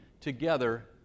together